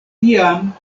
tiam